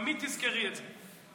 תמיד תזכרי את זה.